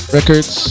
Records